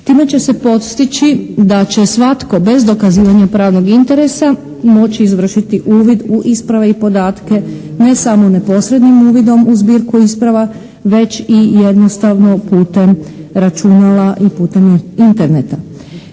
Time će se postići da će svatko bez dokazivanja pravnog interesa moći izvršiti uvid u isprave i podatke ne samo neposrednim uvidom u zbirku isprava već i jednostavno putem računala i putem Interneta.